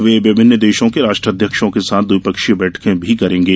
वे विभिन्न देशों के राष्ट्राध्यक्षों के साथ द्विपक्षीय बैठकें भी करेंगे